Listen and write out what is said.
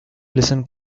listen